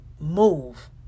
Move